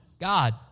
God